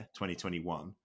2021